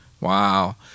Wow